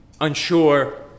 unsure